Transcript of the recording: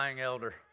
elder